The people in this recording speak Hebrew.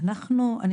רק שאלה קטנה,